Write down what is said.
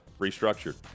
Restructured